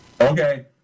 Okay